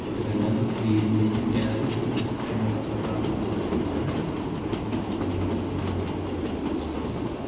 sollte dein ganzes wesen nicht dem ersten blick des kenners verraten daß der geist dir einwohnt der nach dem ideal strebt